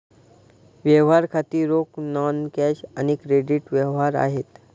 व्यवहार खाती रोख, नॉन कॅश आणि क्रेडिट व्यवहार आहेत